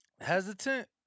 hesitant